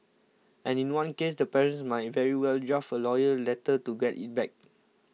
and in one case the parents might very well draft a lawyer letter to get it back